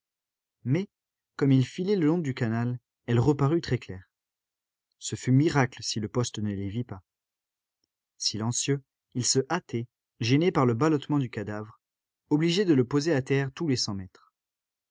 mais comme ils filaient le long du canal elle reparut très claire ce fut miracle si le poste ne les vit pas silencieux ils se hâtaient gênés par le ballottement du cadavre obligés de le poser à terre tous les cent mètres